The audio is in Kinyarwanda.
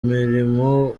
mirimo